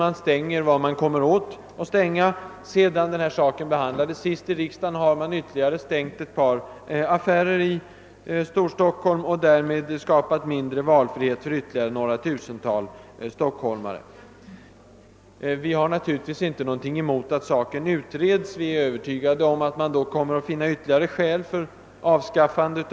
Man stänger helt enkelt där man kommer åt; sedan frågan senast behandlades i riksdagen har ytterligare ett par affärer i Storstockholm fått stänga, varigenom mindre valfrihet åstadkommits för ytterligare några tusental stockholmare. Vi har naturligtvis i och för sig inte något emot att problemet utreds, även om det är onödigt. Vi är övertygade om att man då kommer att finna ytterligare skäl för lagens avskaffande.